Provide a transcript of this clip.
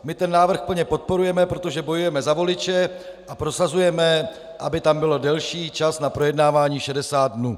My ten návrh plně podporujeme, protože bojujeme za voliče a prosazujeme, aby tam byl delší čas na projednávání 60 dnů.